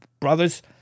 Brothers